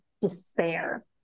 despair